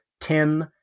Tim